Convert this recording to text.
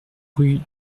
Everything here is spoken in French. rue